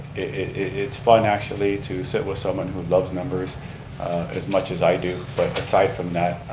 it's fun actually to sit with someone who loves numbers as much as i do, but aside from that,